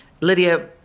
Lydia